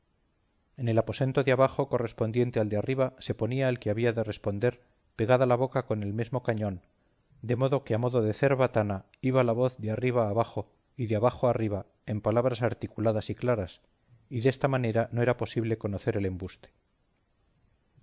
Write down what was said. en el aposento de abajo correspondiente al de arriba se ponía el que había de responder pegada la boca con el mesmo cañón de modo que a modo de cerbatana iba la voz de arriba abajo y de abajo arriba en palabras articuladas y claras y de esta manera no era posible conocer el embuste